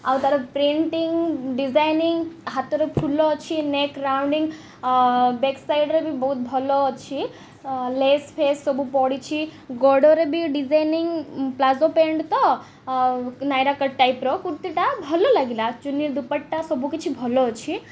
ଆଉ ତା'ର printing designing ହାତରେ ଫୁଲ ଅଛି ନେକ୍ ରାଉଣ୍ଡିଙ୍ଗ ବ୍ୟାକ୍ ସାଇଡ଼୍ରେ ବି ବହୁତ ଭଲ ଅଛି ଲେସ୍ ଫେସ୍ ସବୁ ପଡ଼ିଛି ଗୋଡ଼ରେ ବି ଡିଜାଇନିଂ ପ୍ଲାଜୋ ପ୍ୟାଣ୍ଟ ତ ନାଇରାକଟ୍ ଟାଇପ୍ର କୁର୍ତ୍ତୀଟା ଭଲ ଲାଗିଲା ଚୁନି ଦୁପଟା ସବୁକିଛି ଭଲ ଅଛି